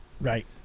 Right